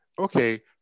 Okay